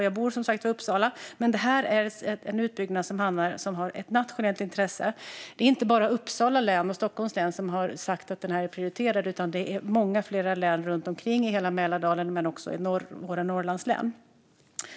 Jag bor i Uppsala, men det här är en utbyggnad som är av nationellt intresse. Det är inte bara Uppsala län och Stockholms län som har sagt att den är prioriterad utan många fler län runt omkring i hela Mälardalen men också våra Norrlandslän.